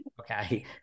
Okay